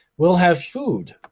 will have food.